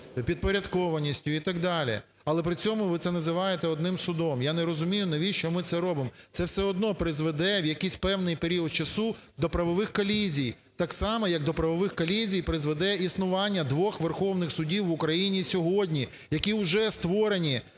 підпорядкованістю і так далі, але при цьому ви це називаєте одним судом. Я не розумію, навіщо ми це робимо, це все одно призведе в якийсь певний період часу до правових колізій, так само як до правових колізій призведе існування двох Верховних Судів в Україні сьогодні, які вже створенні